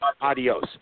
adios